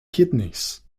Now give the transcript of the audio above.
kidneys